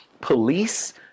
police